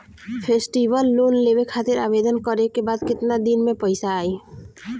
Festival loan लेवे खातिर आवेदन करे क बाद केतना दिन म पइसा आई?